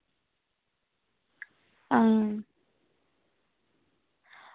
आं